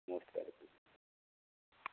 most welcome